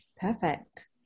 Perfect